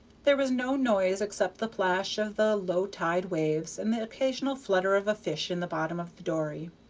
there was no noise except the plash of the low-tide waves and the occasional flutter of a fish in the bottom of the dory.